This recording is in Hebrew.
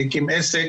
הקים עסק